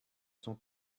son